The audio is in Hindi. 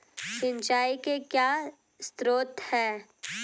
सिंचाई के क्या स्रोत हैं?